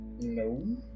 No